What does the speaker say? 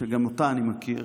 שגם אותה אני מכיר,